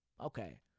okay